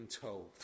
told